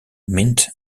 meant